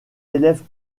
élèves